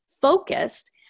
focused